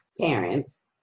parents